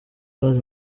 gaz